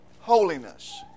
holiness